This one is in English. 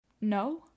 no